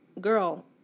girl